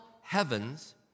heavens